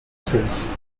cells